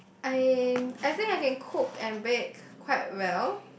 I am I think I can cook and bake quite well